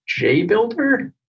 JBuilder